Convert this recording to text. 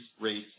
rates